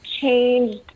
changed